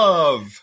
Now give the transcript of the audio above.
Love